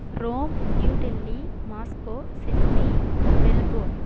Rome New Delhi Moscow Sydney Melbourne